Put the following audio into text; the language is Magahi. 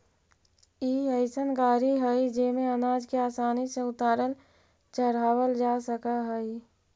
ई अइसन गाड़ी हई जेमे अनाज के आसानी से उतारल चढ़ावल जा सकऽ हई